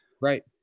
Right